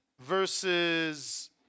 versus